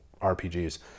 rpgs